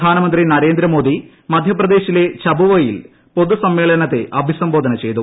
പ്രധാനമന്ത്രി നരേന്ദ്രമോദി മധ്യപ്രദേശിലെ ഛബുവയിൽ പൊതു സമ്മേളനത്തെ അഭിസംബോധന ചെയ്തു